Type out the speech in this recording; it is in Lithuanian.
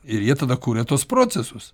ir jie tada kuria tuos procesus